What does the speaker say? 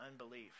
unbelief